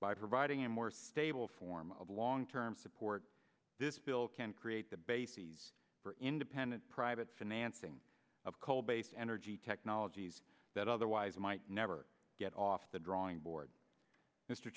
by providing a more stable form of long term support this bill can create the bases for independent private financing of coal based energy technologies that otherwise might never get off the drawing board mr